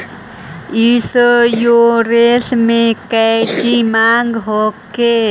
Insurance मे कौची माँग हको?